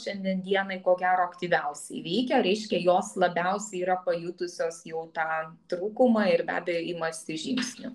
šiandien dienai ko gero aktyviausiai veikia reiškia jos labiausiai yra pajutusios jau tą trūkumą ir be abejo imasi žingsnių